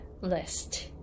list